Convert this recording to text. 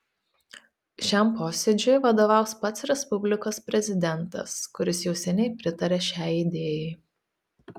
šiam posėdžiui vadovaus pats respublikos prezidentas kuris jau seniai pritaria šiai idėjai